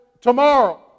tomorrow